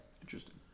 Interesting